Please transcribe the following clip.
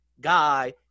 guy